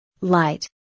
Light